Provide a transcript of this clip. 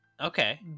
Okay